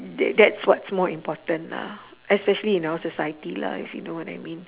that that's what's more important lah especially in our society lah if you know what I mean